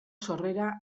sorrera